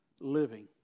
living